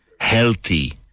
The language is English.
healthy